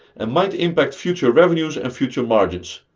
and might impact future revenues and future margins.